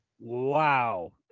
Wow